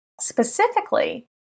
Specifically